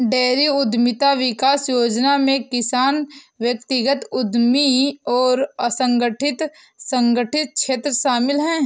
dairy उद्यमिता विकास योजना में किसान व्यक्तिगत उद्यमी और असंगठित संगठित क्षेत्र शामिल है